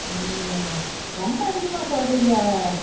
ம் ரொம்ப அதிகமாக சொல்கிறிங்க